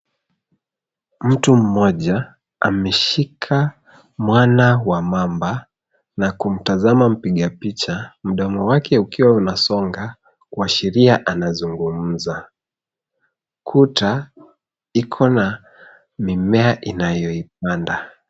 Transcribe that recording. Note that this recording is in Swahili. Mtu mmoja ameshika mwana wa mamba na kumtazama mpiga picha mdomo wake ukiwa unasonga kuashiria anazungumza. Kuta iko na inayoipanda.